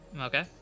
Okay